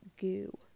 goo